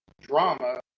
drama